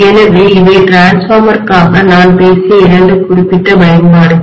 எனவே இவை டிரான்ஸ்ஃபார்மர்க்காகமின்மாற்றிக்காக நான் பேசிய இரண்டு குறிப்பிட்ட பயன்பாடுகள்